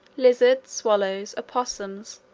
lizards, swallows, opossums,